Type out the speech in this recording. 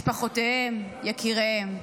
משפחותיהם, יקיריהם,